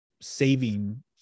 saving